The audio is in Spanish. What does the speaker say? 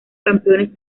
campeones